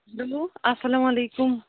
hello اَسلامُ علیکُم